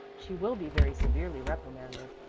she will be very severely reprimanded,